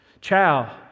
Chow